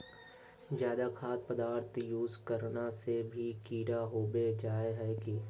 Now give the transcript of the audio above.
ज्यादा खाद पदार्थ यूज करना से भी कीड़ा होबे जाए है की?